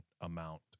amount